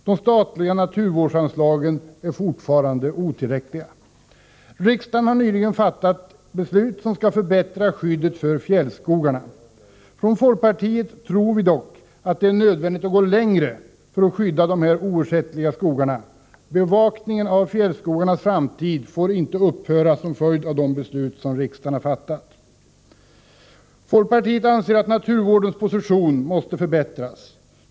De statliga naturvårdsanslagen är fortfarande otillräckliga. Riksdagen har nyligen fattat beslut som skall förbättra skyddet för fjällskogarna. Inom folkpartiet tror vi dock att det är nödvändigt att gå längre för att skydda dessa oersättliga fjällskogar. Bevakningen av fjällskogarnas framtid får inte upphöra som följd av de beslut som riksdagen har fattat. Folkpartiet anser att naturvårdens position måste förbättras.